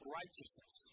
righteousness